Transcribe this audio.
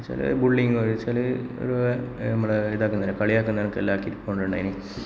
എന്ന് വെച്ചാല് ബുള്ളിങ് എന്ന് വെച്ചാല് അവര് നമ്മളെ ഇതാക്കുന്നില്ലേ കളിയാക്കുന്നില്ലേ അതെല്ലാം ആക്കിയിട്ട് ഉണ്ടായിരുന്നു